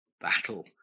battle